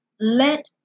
let